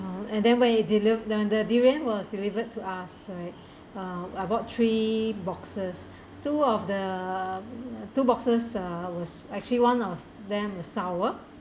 and then when it deliv~ when the durian was delivered to us right uh I bought three boxes two of the two boxes uh was actually one of them was sour